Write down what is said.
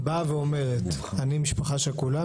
משפחה גרעינית שכולה באה ואומרת: אני משפחה שכולה.